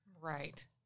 Right